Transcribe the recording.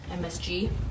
MSG